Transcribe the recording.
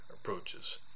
approaches